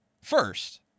First